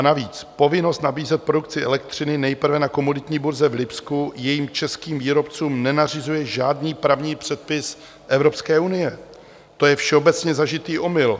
Navíc povinnost nabízet produkci elektřiny nejprve na komoditní burze v Lipsku jejím českým výrobcům nenařizuje žádný právní předpis Evropské unie, to je všeobecně zažitý omyl.